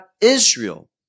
Israel